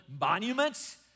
monuments